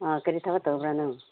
ꯑꯥ ꯀꯔꯤ ꯊꯕꯛ ꯇꯧꯕ꯭ꯔꯥ ꯅꯪ